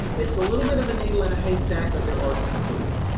it's a little bit of a needle in a haystack, but there are some clues.